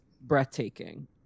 breathtaking